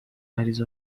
غریزه